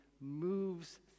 moves